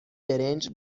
برنج